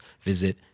visit